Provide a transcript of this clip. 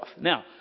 Now